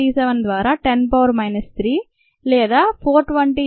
37 ద్వారా 10 power minus 3 లేదా 428